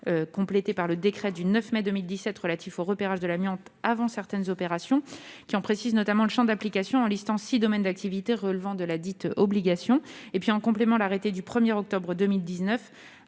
complétée par le décret du 9 mai 2017 relatif au repérage de l'amiante avant certaines opérations, qui en précise notamment le champ d'application, en dressant la liste des six domaines d'activité relevant de ladite obligation ; enfin, en complément, l'arrêté du 1 octobre 2019